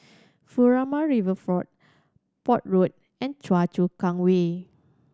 Furama Riverfront Port Road and Choa Chu Kang Way